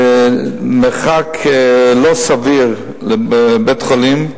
שהם במרחק לא סביר מבית-חולים,